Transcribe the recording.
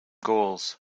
goals